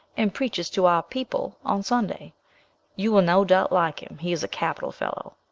and preaches to our people on sunday you will no doubt like him he is a capital fellow.